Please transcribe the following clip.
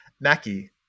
Mackie